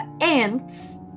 ants